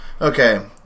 okay